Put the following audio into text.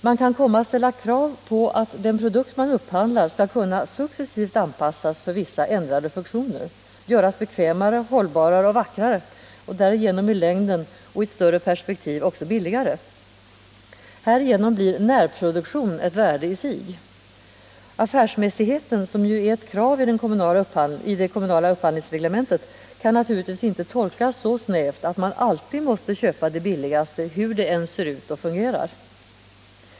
Man kan komma att ställa krav på att den produkt man upphandlar skall kunna successivt anpassas för vissa ändrade funktioner, göras bekvämare, hållbarare och vackrare och därigenom i längden och i ett större perspektiv också billigare. Härigenom blir närproduktion ett värde i sig. Affärsmässigheten, som ju är ett krav i det kommunala upphandlingsreglementet, kan naturligtvis inte tolkas så snävt att man alltid måste köpa det billigaste hur det än ser ut och hur det än fungerar.